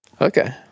Okay